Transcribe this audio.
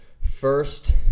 first